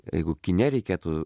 jeigu kine reikėtų